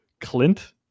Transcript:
Clint